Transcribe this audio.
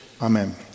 Amen